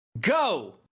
Go